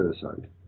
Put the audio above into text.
suicide